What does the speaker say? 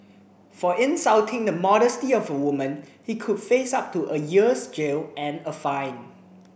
for insulting the modesty of a woman he could face up to a year's jail and a fine